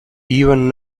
even